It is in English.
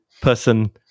Person